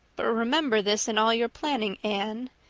but remember this in all your planning, anne.